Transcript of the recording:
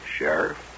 Sheriff